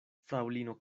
fraŭlino